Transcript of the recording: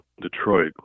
Detroit